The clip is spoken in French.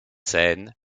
scène